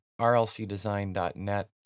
rlcdesign.net